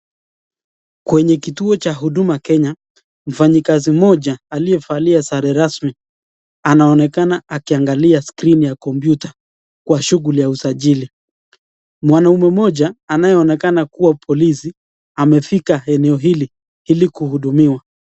Kwenye kituo cha huduma kenya mfanyikazi mmoja aliyevalia sare rasmi anaonekana akiangalia (cs)screen(cs) ya kompyuta kwa shughuli ya usajili .Mwanaume mmoja anayeonekana kuwa polisi amefika eneo hili ili kuhudumiwa.